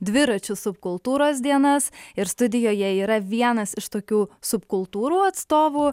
dviračių subkultūros dienas ir studijoje yra vienas iš tokių subkultūrų atstovų